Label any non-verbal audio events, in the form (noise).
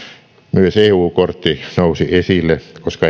myös eu kortti nousi esille koska (unintelligible)